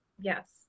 yes